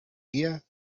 guía